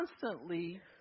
constantly